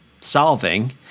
solving